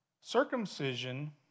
Circumcision